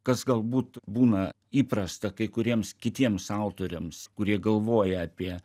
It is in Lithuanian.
kas galbūt būna įprasta kai kuriems kitiems autoriams kurie galvoja apie